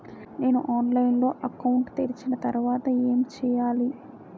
నేను ఆన్లైన్ లో అకౌంట్ తెరిచిన తర్వాత ఏం చేయాలి?